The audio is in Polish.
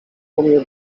umie